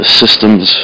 systems